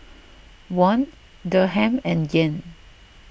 Won Dirham and Yen